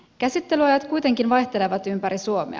käsittelyajat kuitenkin vaihtelevat ympäri suomea